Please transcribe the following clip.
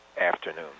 afternoon